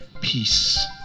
peace